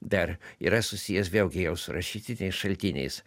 dar yra susijęs vėlgi jau su rašytiniais šaltiniais